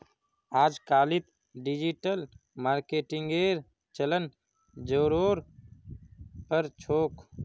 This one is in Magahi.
अजकालित डिजिटल मार्केटिंगेर चलन ज़ोरेर पर छोक